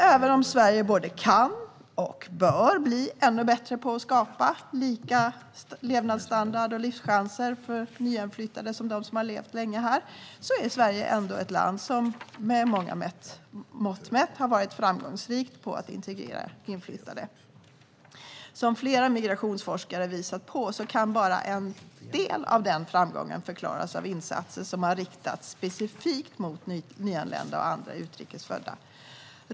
Även om Sverige både kan och bör bli ännu bättre på att skapa lika levnadsstandard och livschanser för nyinflyttade som för dem som har levt länge här är Sverige ett land som med många mått mätt har varit framgångsrikt i fråga om att integrera inflyttade. Som flera migrationsforskare har visat kan bara en del av den framgången förklaras av insatser som har riktats specifikt mot nyanlända och andra utrikes födda.